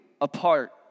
apart